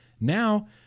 Now